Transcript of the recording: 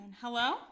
hello